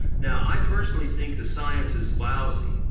now i personally think the science is lousy.